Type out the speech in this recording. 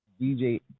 DJ